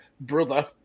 brother